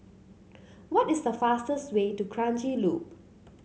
what is the fastest way to Kranji Loop